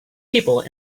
people